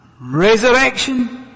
resurrection